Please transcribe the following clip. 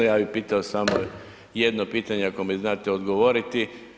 Ja bi pitao samo jedno pitanje, ako mi znate odgovoriti.